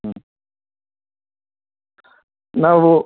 ಹ್ಞೂ ನಾವು